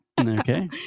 Okay